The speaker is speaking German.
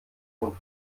und